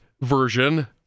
version